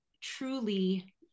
truly